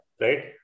right